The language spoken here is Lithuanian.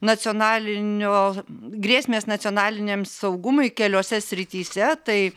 nacionalinio grėsmės nacionaliniam saugumui keliose srityse tai